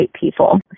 people